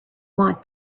want